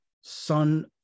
son